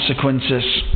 consequences